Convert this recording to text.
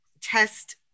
test